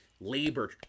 labor